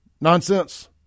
nonsense